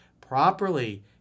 properly